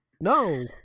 No